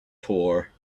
tour